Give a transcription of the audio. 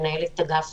מנהלת אגף